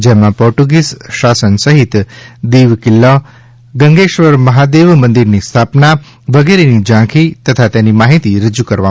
જેમાં પોર્ટુગીઝ શાસન સહિત દીવ કિલ્લા ગંગેશ્વર મહાદેવ મંદીરની સ્થાપના વગેરેની ઝાંખી તથા તેની માહિતી રજૂ કરવામાં આવી છે